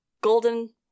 golden